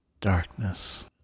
Darkness